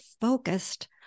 focused